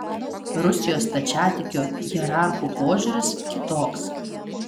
rusijos stačiatikių hierarchų požiūris kitoks